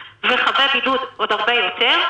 גם אם אדם הוא חב בידוד והוא צריך להימצא במעצר,